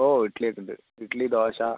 ഓ ഇഡ്ഡ്ലിയൊക്കെയുണ്ട് ഇഡ്ഡ്ലി ദോശ